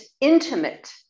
intimate